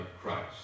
Christ